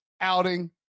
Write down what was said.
outing